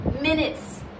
minutes